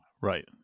Right